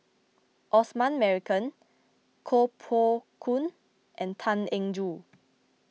Osman Merican Koh Poh Koon and Tan Eng Joo